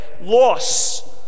loss